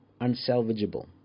unsalvageable